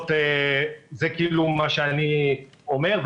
זה מה שאני אומר.